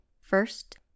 First